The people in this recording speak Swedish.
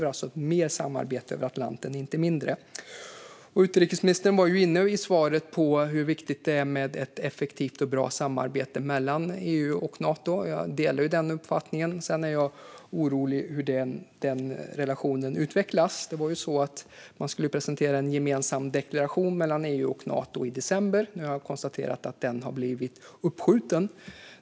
Vi behöver mer samarbete över Atlanten - inte mindre. Utrikesministern var i sitt svar inne på hur viktigt det är med ett effektivt och bra samarbete mellan EU och Nato. Jag delar denna uppfattning. Jag är dock orolig för hur den relationen utvecklas. EU och Nato skulle ju presentera en gemensam deklaration i december, men jag har konstaterat att den har blivit uppskjuten.